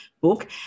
book